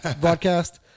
broadcast